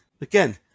Again